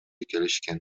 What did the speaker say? келишкен